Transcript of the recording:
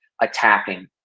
attacking